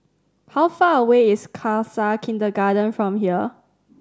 how far away is Khalsa Kindergarten from here